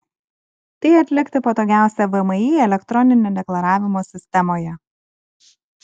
tai atlikti patogiausia vmi elektroninio deklaravimo sistemoje